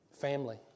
Family